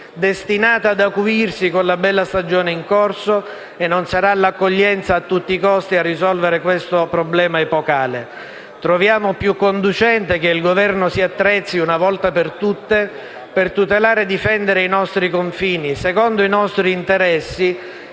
destinata ad acuirsi con la bella stagione in corso, e non sarà l'accoglienza a tutti i costi a risolvere questo epocale problema. Riteniamo invece necessario che il Governo si attrezzi, una volta per tutte, per tutelare e difendere i nostri confini, secondo i nostri interessi